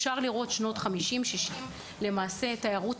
אפשר לראות בשנות ה-50' וה-60' את תפוצת